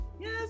Yes